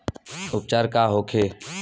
उपचार का होखे?